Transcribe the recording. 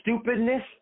stupidness